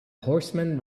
horseman